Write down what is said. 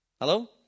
Hello